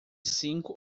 cinco